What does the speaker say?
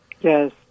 yes